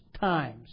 times